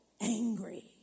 angry